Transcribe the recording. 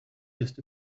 just